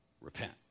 Repent